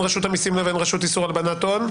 רשות המסים לבין רשות איסור הלבנת הון.